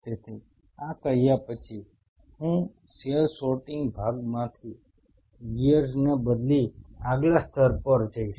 તેથી આ કહ્યા પછી હવે હું સેલ સોર્ટિંગ ભાગમાંથી ગિયર્સને બદલી આગલા સ્તર પર જઈશ